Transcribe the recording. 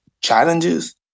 challenges